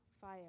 fire